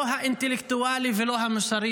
לא האינטלקטואלי ולא המוסרי,